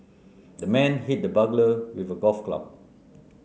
the man hit the burglar with a golf club